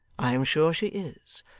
i am sure she is.